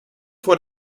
vor